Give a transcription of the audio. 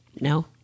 no